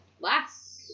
last